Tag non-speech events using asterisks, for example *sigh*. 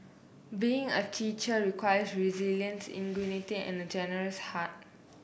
being a teacher requires resilience *unintelligible* and a generous heart